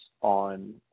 on